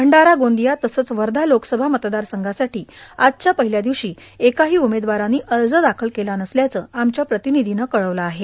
भंडारा गोंदिया तसंच वर्धा लोकसभा मतदार संघासाठी आजच्या पहिल्या दिवशी एकही उमेदवाराने अर्ज दाखल केला नसल्याचं आमच्या प्रतिनिधीने कळविलं आहे